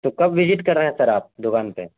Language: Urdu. تو کب وزٹ کر رہے ہیں سر آپ دکان پہ